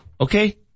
okay